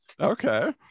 Okay